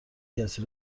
کسی